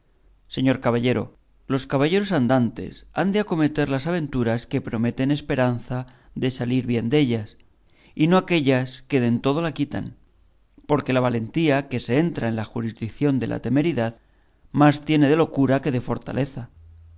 señor caballero los caballeros andantes han de acometer las aventuras que prometen esperanza de salir bien dellas y no aquellas que de en todo la quitan porque la valentía que se entra en la juridición de la temeridad más tiene de locura que de fortaleza